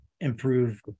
improve